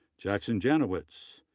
jackson janowicz,